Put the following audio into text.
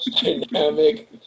dynamic